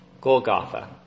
Golgotha